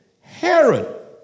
Herod